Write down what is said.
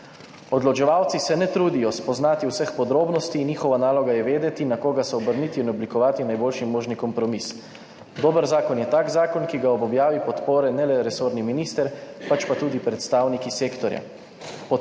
Odločevalci se ne trudijo spoznati vseh podrobnosti in njihova naloga je vedeti, na koga se obrniti, in oblikovati najboljši možni kompromis. Dober zakon je tak zakon, ki ga ob objavi podpore ne le resorni minister, pač pa tudi predstavniki sektorja. Podpre.